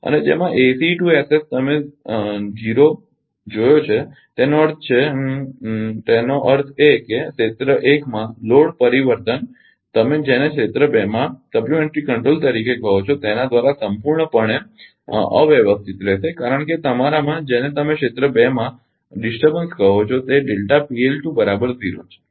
અને જેમાં તમે શૂન્ય જોયો છે તેનો અર્થ છે અહહ તેનો અર્થ એ કે ક્ષેત્ર 1 માં લોડ પરિવર્તન તમે જેને ક્ષેત્ર 2 માં પૂરક નિયંત્રણ તરીકે કહો છો તેના દ્વારા સંપૂર્ણપણે અવ્યવસ્થિત રહેશે કારણ કે તમારામાં જેને તમે ક્ષેત્ર 2 માં વિક્ષેપ કહો છો તે છે ખરુ ને